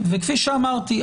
וכפי שאמרתי,